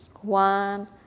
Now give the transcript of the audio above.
one